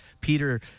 Peter